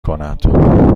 کند